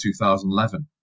2011